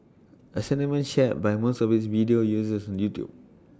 A sentiment shared by most of its video's viewers on YouTube